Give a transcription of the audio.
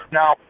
now